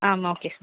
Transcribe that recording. ஆமாம் okay sir